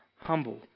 humble